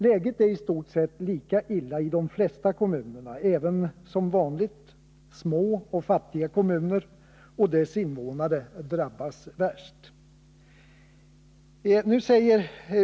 Läget är i stort sett lika illa i de flesta kommuner, även om små och fattiga kommuner och deras invånare som vanligt drabbas värst.